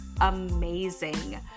amazing